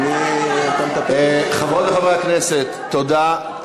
אני, חברות וחברי הכנסת, תודה.